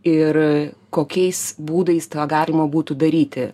ir kokiais būdais tą galima būtų daryti